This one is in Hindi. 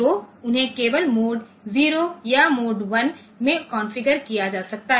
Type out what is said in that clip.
तो उन्हें केवल मोड 0 या मोड 1 में कॉन्फ़िगर किया जा सकता है